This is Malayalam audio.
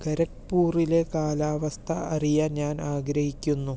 ഖരഗ്പൂറിലെ കാലാവസ്ഥ അറിയാൻ ഞാൻ ആഗ്രഹിക്കുന്നു